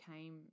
came